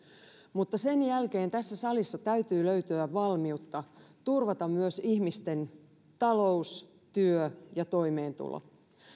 mutta sen jälkeen tässä salissa täytyy löytyä valmiutta turvata myös ihmisten talous työ ja toimeentulo